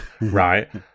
right